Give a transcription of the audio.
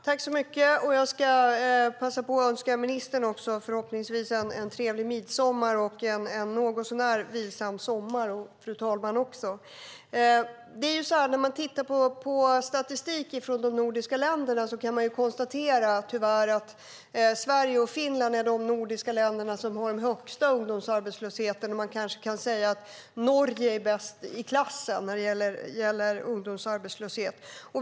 Fru talman! Jag passar på att önska ministern och fru talmannen en trevlig midsommar och en någorlunda vilsam sommar. När man tittar på statistik från de nordiska länderna kan man tyvärr konstatera att Sverige och Finland är de nordiska länder som har den högsta ungdomsarbetslösheten. Man kan säga att Norge är bäst i klassen när det gäller ungdomsarbetslöshet.